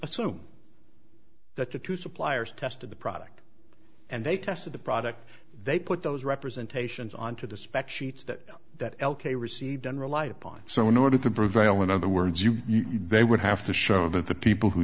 assume that the two suppliers tested the product and they tested the product they put those representation onto the spec sheets that that l k received on relied upon so in order to prevail in other words you they would have to show that the people who